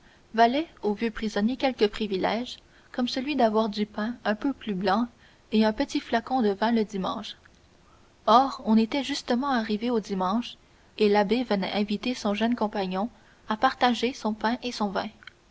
au vieux prisonnier quelques privilèges comme celui d'avoir du pain un peu plus blanc et un petit flacon de vin le dimanche or on était justement arrivé au dimanche et l'abbé venait inviter son jeune compagnon à partager son pain et son vin